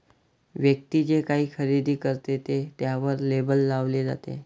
व्यक्ती जे काही खरेदी करते ते त्यावर लेबल लावले जाते